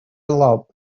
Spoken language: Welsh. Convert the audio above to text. lob